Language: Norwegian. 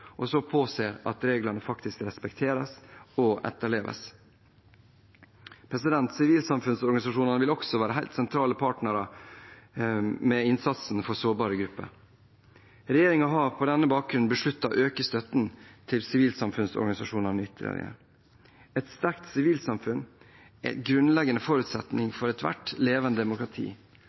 og så påser at reglene faktisk respekteres og etterleves. Sivilsamfunnsorganisasjonene vil også være helt sentrale partnere i innsatsen for sårbare grupper. Regjeringen har på denne bakgrunn besluttet å øke støtten til sivilsamfunnsorganisasjonene ytterligere. Et sterkt sivilsamfunn er en grunnleggende forutsetning for ethvert levende demokrati.